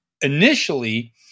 initially